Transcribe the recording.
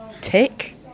Tick